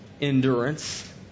endurance